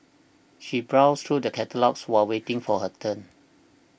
she browsed through the catalogues will waiting for her turn